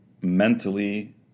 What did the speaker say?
mentally